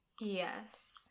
Yes